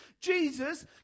Jesus